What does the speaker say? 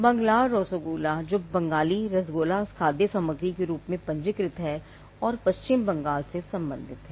बांग्लार रसोगोला जो बंगाली रसोगोला खाद्य सामग्री के रूप में पंजीकृत है और पश्चिम बंगाल से संबंधित है